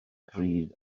pryd